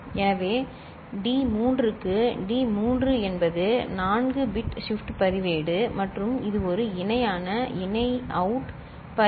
எனவே டி 3 க்கு டி 3 என்பது 4 பிட் ஷிப்ட் பதிவேடு மற்றும் இது ஒரு இணையான இணை அவுட் பதிவு சரி